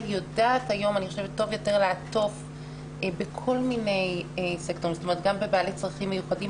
יודעת טוב יותר לעטוף כל עוד מדובר בגיל של חינוך.